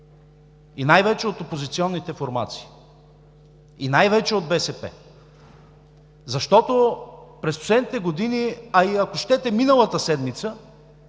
най-вече от опозиционните формации, най-вече от БСП. Защото през последните години, ако щете и миналата седмица,